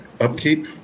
upkeep